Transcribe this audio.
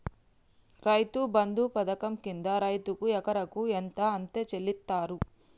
రైతు బంధు పథకం కింద రైతుకు ఎకరాకు ఎంత అత్తే చెల్లిస్తరు?